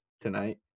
tonight